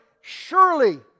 Surely